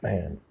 Man